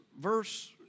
verse